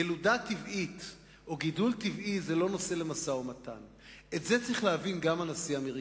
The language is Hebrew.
ילודה טבעית או גידול טבעי הם לא נושא למשא-ומתן.